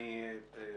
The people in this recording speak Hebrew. פרופ'